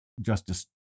Justice